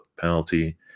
penalty